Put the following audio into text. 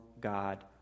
God